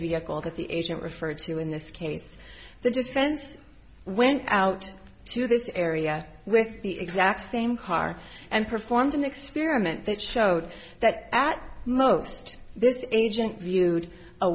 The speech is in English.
vehicle that the agent referred to in this case the defense went out to this area with the exact same car and performed an experiment that showed that at most this agent viewed